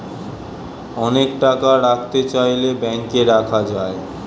অনেক টাকা রাখতে চাইলে ব্যাংকে রাখা যায়